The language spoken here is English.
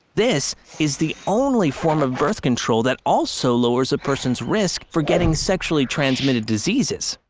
this is the only form of birth control that also lowers a person's risk for getting sexually transmitted diseases,